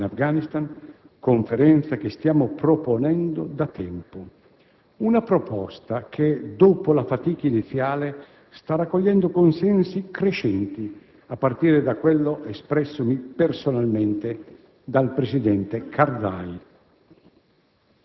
È questo il senso della conferenza per la pace in Afghanistan, conferenza che stiamo proponendo da tempo. Una proposta che, dopo la fatica iniziale, sta raccogliendo consensi crescenti, a partire da quello espressomi personalmente